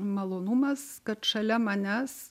malonumas kad šalia manęs